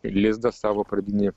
lizdą savo pradinį